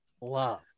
Love